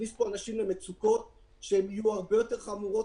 מכניסים אנשים למצוקות שיהיו הרבה יותר חמורות